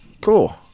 Cool